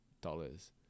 dollars